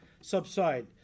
subside